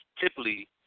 typically